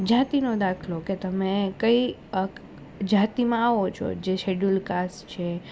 જાતિનો દાખલો કે તમે કઈ જાતિમાં આવો છો જે શિડયુલ કાસ્ટ છે